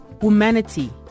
Humanity